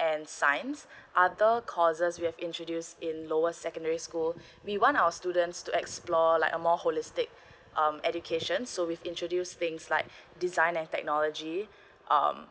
and signs other courses we have introduced in lower secondary school we want our students to explore like a more holistic um education so with introduced things like design and technology um